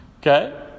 okay